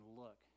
look